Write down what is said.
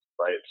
right